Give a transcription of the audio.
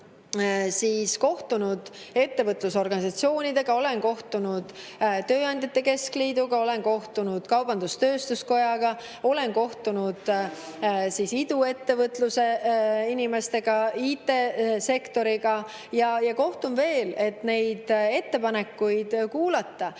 ma kohtunud ettevõtlusorganisatsioonidega, olen kohtunud tööandjate keskliiduga, olen kohtunud kaubandus-tööstuskojaga, olen kohtunud iduettevõtluse inimestega ja IT‑sektori esindajatega ning kohtun veel, et nende ettepanekuid kuulata.